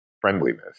friendliness